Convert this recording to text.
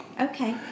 Okay